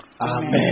Amen